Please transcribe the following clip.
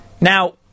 Now